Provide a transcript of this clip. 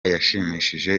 yashimishije